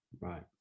right